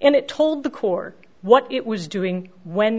and it told the court what it was doing when